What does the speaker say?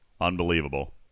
Unbelievable